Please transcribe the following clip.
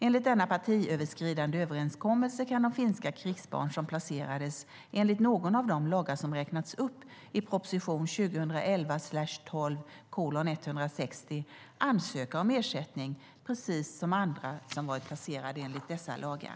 Enligt denna partiöverskridande överenskommelse kan de finska krigsbarn som placerades enligt någon av de lagar som räknas upp i proposition 2011/12:160 ansöka om ersättning precis som andra som varit placerade enligt dessa lagar.